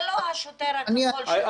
זה לא השוטר הכחול שמגיע.